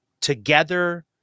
Together